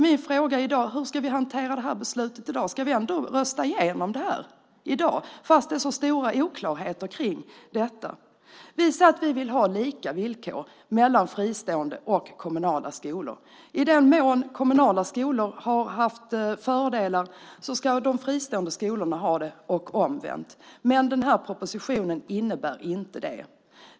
Därför vill jag fråga: Hur ska vi hantera förslaget i dag? Ska vi rösta igenom förslaget trots att det finns stora oklarheter kring det? Vi säger att vi vill ha lika villkor mellan fristående och kommunala skolor. I den mån kommunala skolor har haft fördelar ska de fristående skolorna också ha det och omvänt. Propositionen innebär emellertid inte det.